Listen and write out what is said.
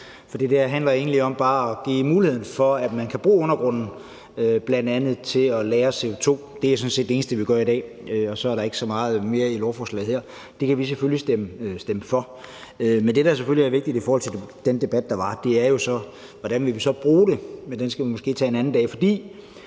For det her handler egentlig bare om at give muligheden for, at man kan bruge undergrunden bl.a. til at lagre CO2. Det er sådan set det eneste, vi gør i dag. Og så er der ikke så meget mere i lovforslaget her. Det kan vi selvfølgelig stemme for. Men det, der selvfølgelig er vigtigt i forhold til den debat, der var, er jo så, hvordan vi vil bruge det. Men den debat skal vi måske tage en anden dag. For